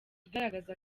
igaragaza